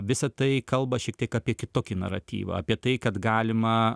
visa tai kalba šiek tiek apie kitokį naratyvą apie tai kad galima